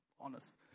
honest